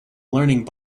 learning